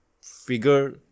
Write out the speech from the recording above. figure